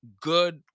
good